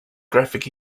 graphic